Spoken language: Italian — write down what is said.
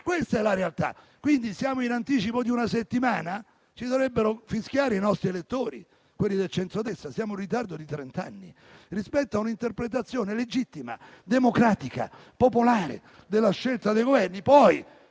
Questa è la realtà. Quindi siamo in anticipo di una settimana? Ci dovrebbero fischiare i nostri elettori, quelli del centrodestra: siamo in ritardo di trent'anni rispetto a un'interpretazione legittima, democratica, popolare della scelta dei Governi.